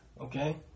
okay